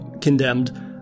Condemned